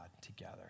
together